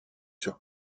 sur